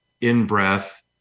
in-breath